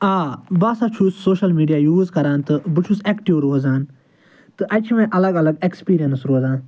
آ بہٕ ہسا چھُس سوشل میٖڈیا یوٗز کران تہٕ بہٕ چھُس ایکٹِو روزان تہٕ اتہِ چھِ مےٚ الگ الگ ایکسپیٖرینس روزان